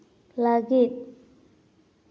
ᱞᱟ ᱜᱤᱫ